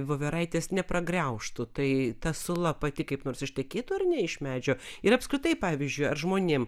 voveraitės nepragraužtų tai ta sula pati kaip nors ištekėtų ar ne iš medžio ir apskritai pavyzdžiui ar žmonėm